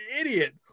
idiot